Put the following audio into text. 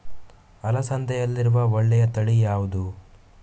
ಅಲಸಂದೆಯಲ್ಲಿರುವ ಒಳ್ಳೆಯ ತಳಿ ಯಾವ್ದು?